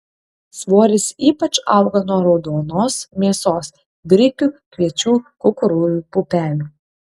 svoris ypač auga nuo raudonos mėsos grikių kviečių kukurūzų pupelių